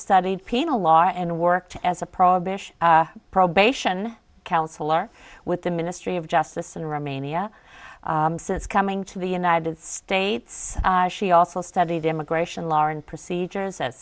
studied penal law and worked as a prohibition probation counselor with the ministry of justice in romania since coming to the united states she also studied immigration law and procedures